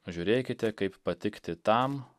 žiūrėkite kaip patikti tam